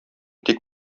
тик